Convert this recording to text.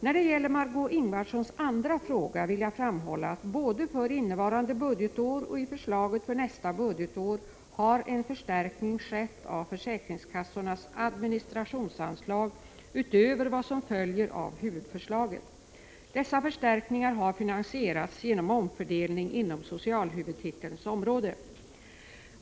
När det gäller Margö Ingvardssons andra fråga vill jag framhålla att både för innevarande budgetår och i förslaget för nästa budgetår har en förstärkning skett av försäkringskassornas administrationsanslag utöver vad som följer av huvudförslaget. Dessa förstärkningar har finansierats genom omfördelning inom socialhuvudtitelns område.